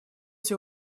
все